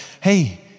Hey